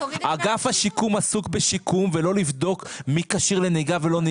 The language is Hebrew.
אגף השיקום עסוק בשיקום ולא לבדוק מי כשיר לנהיגה או לא.